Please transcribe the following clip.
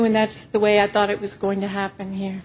and that's the way i thought it was going to happen here